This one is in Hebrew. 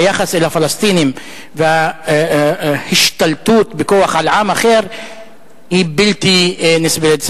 והיחס אל הפלסטינים וההשתלטות בכוח על עם אחר היא בלתי נסבלת.